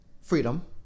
freedom